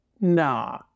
nah